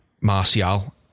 Martial